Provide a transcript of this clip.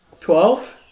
Twelve